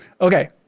Okay